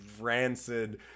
rancid